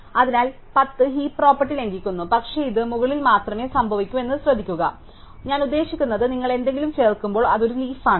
അതിനാൽ 10 heap property ലംഘിക്കുന്നു പക്ഷേ ഇത് മുകളിൽ മാത്രമേ സംഭവിക്കൂ എന്ന് ശ്രദ്ധിക്കുക അതിനാൽ ഞാൻ ഉദ്ദേശിക്കുന്നത് നിങ്ങൾ എന്തെങ്കിലും ചേർക്കുമ്പോൾ അത് ഒരു ലീഫ് ആണ്